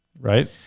Right